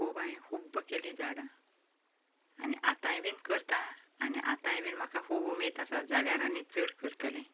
हांवें खूब केलीं झाडां आनी आतांय बी करतां आनी आतांय बी म्हाका खूब उमेद आसा जाल्यार आनी चड करतलें